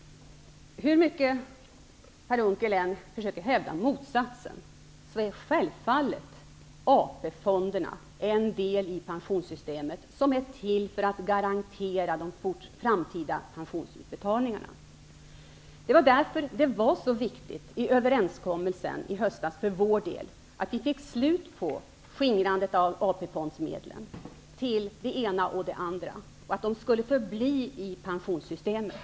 Hur mycket Per Unckel än försöker att hävda mosatsen är självfallet AP-fonderna en del i pensionssystemet som är till för att garantera de framtida pensionsutbetalningarna. Det var därför det för vår del var så viktigt att vid överenskommelsen i höstas få slut på skingrandet av AP-fondsmedlen till det ena och det andra, och att de skulle förbli i pensionssystemet.